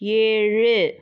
ஏழு